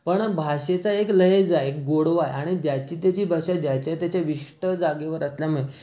पण भाषेचा एक लहेजा आहे एक गोडवा आहे आणि ज्याची त्याची भाषा ज्याच्या त्याच्या विशिष्ट जागेवर असल्यामुळे